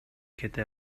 кете